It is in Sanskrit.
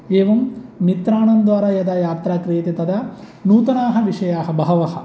एवं मित्राणां द्वारा यदा यात्रा क्रियते तदा नूतनाः विषयाः बहवः